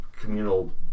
communal